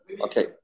Okay